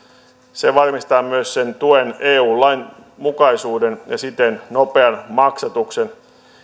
se varmistaa myös sen tuen eun lain mukaisuuden ja siten nopean maksatuksen